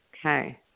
Okay